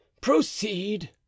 proceed